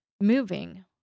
moving